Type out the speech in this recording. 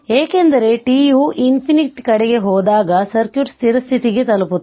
ಏಕೆಂದರೆ t ಯು ∞ ಕಡೆಗೆ ಹೋದಾಗ ಸರ್ಕ್ಯೂಟ್ ಸ್ಥಿರ ಸ್ಥಿತಿಗೆ ತಲುಪುತ್ತದೆ